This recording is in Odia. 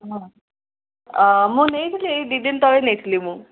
ହଁ ମୁଁ ନେଇଥିଲି ଏଇ ଦୁଇ ଦିନ ତଳେ ନେଇଥିଲି ମୁଁ